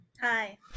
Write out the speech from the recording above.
hi